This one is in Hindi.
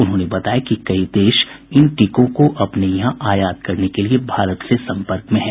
उन्होंने बताया कि कई देश इन टीकों को अपने यहां आयात करने के लिए भारत से संपर्क में हैं